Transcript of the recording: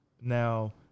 Now